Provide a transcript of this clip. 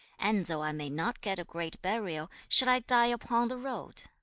and though i may not get a great burial, shall i die upon the road